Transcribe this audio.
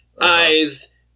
eyes